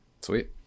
sweet